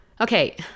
Okay